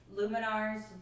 Luminar's